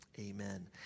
amen